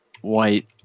White